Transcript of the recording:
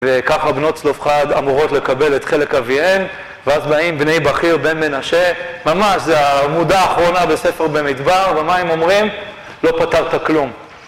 וככה בנות סלופ חד אמורות לקבל את חלק אביהן ואז באים בני בכיר בן בן אשה ממש, זה העמודה האחרונה בספר במדבר ומה הם אומרים? לא פתרת כלום